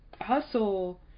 hustle